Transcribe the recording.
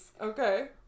Okay